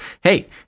hey